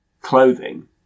clothing